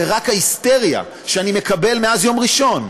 רק ההיסטריה שאני מקבל מאז יום ראשון,